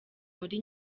muri